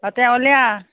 তাতে অলে আহ